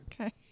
Okay